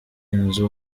inzu